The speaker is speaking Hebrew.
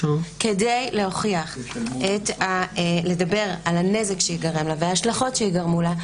כדי לדבר על הנזק שייגרם לה וההשלכות שייגרמו לה,